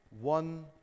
one